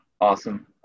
Awesome